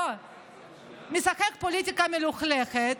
משחק פוליטיקה מלוכלכת,